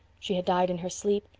she had died in her sleep,